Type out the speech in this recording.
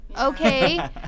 okay